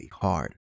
hard